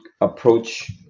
approach